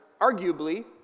arguably